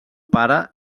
pare